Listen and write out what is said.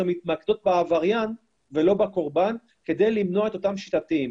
הן מתמקדות בעבריין ולא בקורבן כדי למנוע את אותן שיטתיים.